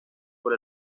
por